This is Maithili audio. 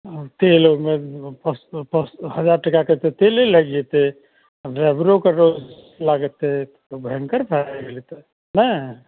तेल ओइमे पाँच सओ पाँच हजार टकाके तऽ तेले लागि जेतय ड्राइवरोके लागतइ ओ भयङ्कर भए गेलय तऽ नहि